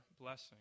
blessing